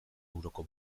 euroko